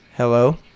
Hello